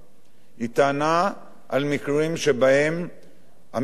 היא טענה על מקרים שבהם המשטרה,